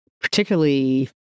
particularly